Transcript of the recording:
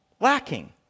lacking